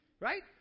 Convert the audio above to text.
Right